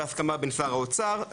בהסכמה בין שר האוצר,